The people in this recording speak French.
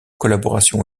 collaboration